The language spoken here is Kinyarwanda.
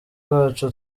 rwacu